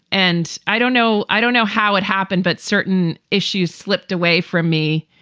and i don't know i don't know how it happened, but certain issues slipped away from me.